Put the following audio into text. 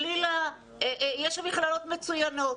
יש שם מכללות מצוינות.